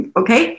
okay